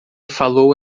falou